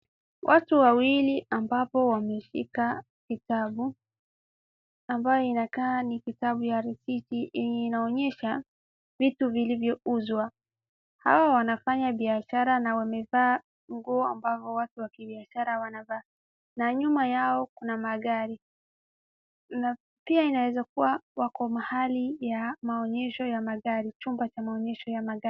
Watu wawili ambapo wameshika kitabu ,ambayo inakaa ni ya risiti inaonyesha vitu vilivyo uzwa .Hawa wanafanya biashara na wamevaa nguo za kibiashara na nyuma yao kuna magari na pia inaeza kuwa wako mahali ya maonyesho ya magari , chumba ch maonyesho ya magari.